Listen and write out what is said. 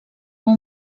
fou